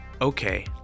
Okay